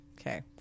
Okay